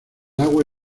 agua